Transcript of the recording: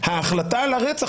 ההחלטה על הרצח,